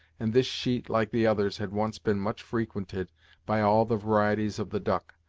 and this sheet like the others had once been much frequented by all the varieties of the duck,